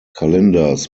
calendars